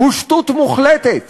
הוא שטות מוחלטת.